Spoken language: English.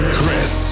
Chris